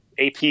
AP